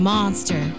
Monster